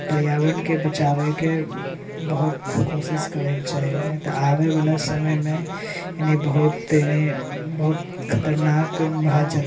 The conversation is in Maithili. पर्यावरणके बचाबैके बहुत कोशिश करैके चाही नहि तऽ आबैवला समयमे एने बहुत खतरनाक भऽ जेतै